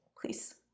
please